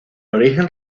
origen